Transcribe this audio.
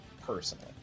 personally